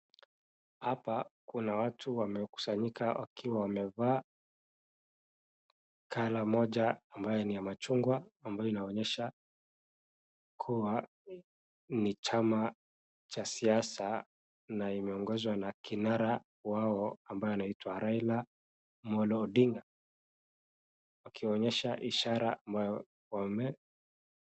Hapa kuna watu wamekusanyika wakiwa wamevaa colour moja ambayo ni ya machungwa ambayo inaonyesha kuwa ni chama cha siasa, na imeongozwa na kinara wao ambaye anaitwa Raila Amolo Ondinga, wakionyesha ishara wame.